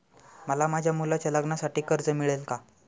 मला माझ्या मुलाच्या लग्नासाठी कर्ज मिळेल का?